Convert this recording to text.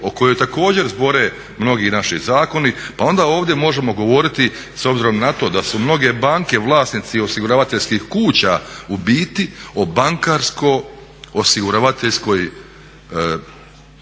o kojoj također zbore mnogi naši zakoni pa onda ovdje možemo govoriti s obzirom na to da su mnoge banke vlasnici osiguravateljskih kuća u biti o bankarsko-osiguravateljskoj